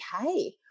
okay